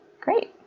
great